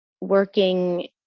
working